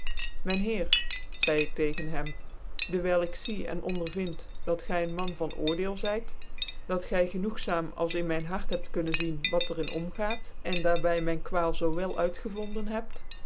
myn heer zcide ik tegen hem dewijl ik zie cn ondervind dat gy een man van oordeel zljt dat gy genoegzaam als in myn hart heb kunnen zien wat er in om gaat cn daar by myn kwaal zoo wel uitgevonden hebt